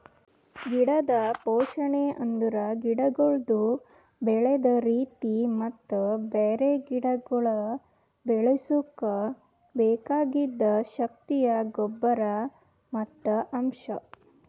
ಗಿಡದ್ ಪೋಷಣೆ ಅಂದುರ್ ಗಿಡಗೊಳ್ದು ಬೆಳದ್ ರೀತಿ ಮತ್ತ ಬ್ಯಾರೆ ಗಿಡಗೊಳ್ ಬೆಳುಸುಕ್ ಬೆಕಾಗಿದ್ ಶಕ್ತಿಯ ಗೊಬ್ಬರ್ ಮತ್ತ್ ಅಂಶ್